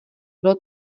bylo